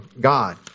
God